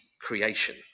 creation